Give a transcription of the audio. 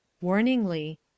Warningly